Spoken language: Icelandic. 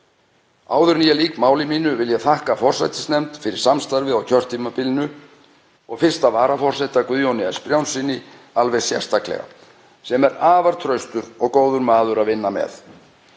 Áður en ég lýk máli mínu vil ég þakka forsætisnefnd fyrir samstarfið á kjörtímabilinu og fyrsta varaforseta, Guðjóni S. Brjánssyni, alveg sérstaklega, sem er afar traustur og góður maður að vinna með.